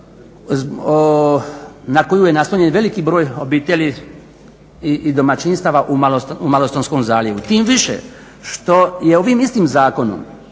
na koji je naslonjen i veliki broj obitelji i domaćinstava u Malostonskom zaljevu. Tim više što je ovim istim zakonom